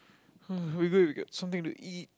we gonna get something to eat